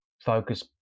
focus